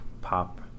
pop